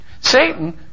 Satan